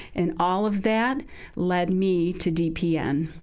and all of that led me to dpn.